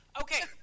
Okay